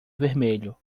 vermelho